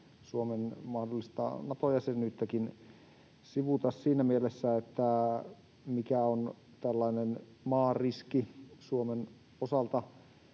Suomen mahdollista Nato-jäsenyyttäkin sivuta siinä mielessä, että mikä on tällainen maariski Suomen osalta.